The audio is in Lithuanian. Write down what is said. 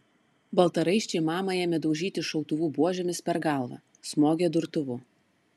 baltaraiščiai mamą ėmė daužyti šautuvų buožėmis per galvą smogė durtuvu